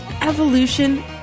evolution